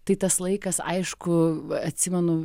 tai tas laikas aišku atsimenu